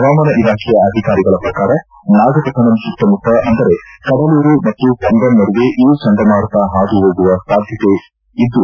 ಪವಾಮಾನ ಇಲಾಖೆಯ ಅಧಿಕಾರಿಗಳ ಪ್ರಕಾರ ನಾಗಪಟ್ಟಣಂ ಸುತ್ತಮುತ್ತ ಅಂದರೆ ಕಡಲೂರು ಮತ್ತು ಪಂಬನ್ ನಡುವೆ ಈ ಚಂಡಮಾರುತ ಹಾದುಹೋಗುವ ಸಾಧ್ಯತೆ ಇದ್ದು